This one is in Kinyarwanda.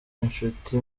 inshuti